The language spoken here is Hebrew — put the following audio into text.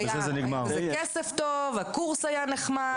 ובסוף הקורס האחרון,